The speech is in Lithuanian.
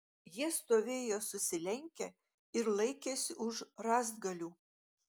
jie stovėjo susilenkę ir laikėsi už rąstgalių